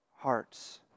Hearts